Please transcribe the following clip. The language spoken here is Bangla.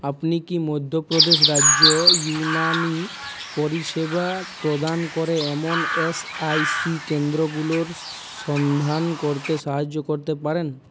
আপনি কি মধ্যপ্রদেশ রাজ্য ইউনানী পরিষেবা প্রদান করে এমন এস আই সি কেন্দ্রগুলোর সন্ধান করতে সাহায্য করতে পারেন